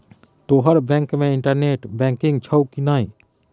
तोहर बैंक मे internet banking छौ कि नै